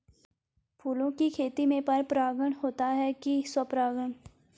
फूलों की खेती में पर परागण होता है कि स्वपरागण?